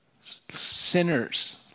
sinners